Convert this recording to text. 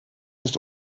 ist